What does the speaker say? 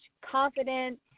confident